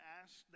ask